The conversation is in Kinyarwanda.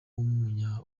w’umunya